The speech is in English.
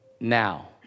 now